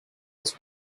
his